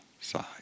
side